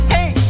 Hey